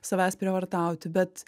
savęs prievartauti bet